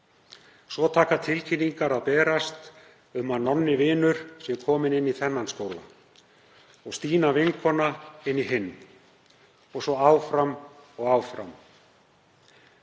Svo taka tilkynningar að berast um að Nonni vinur sé kominn inn í þennan skóla, Stína vinkona inn í hinn og svo áfram og áfram.